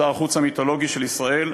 שר החוץ המיתולוגי של ישראל,